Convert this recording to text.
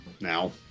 Now